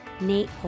Nate